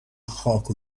خاک